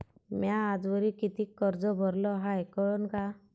म्या आजवरी कितीक कर्ज भरलं हाय कळन का?